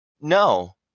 no